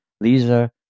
Lisa